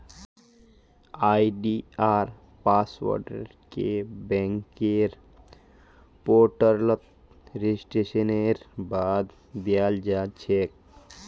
आई.डी.आर पासवर्डके बैंकेर पोर्टलत रेजिस्ट्रेशनेर बाद दयाल जा छेक